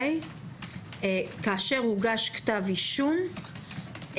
כאשר הוגש כתב אישום,